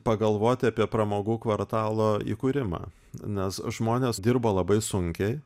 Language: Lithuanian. pagalvoti apie pramogų kvartalo įkūrimą nes žmonės dirbo labai sunkiai